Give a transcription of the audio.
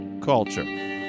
culture